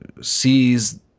sees